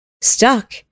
stuck